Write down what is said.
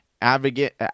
advocate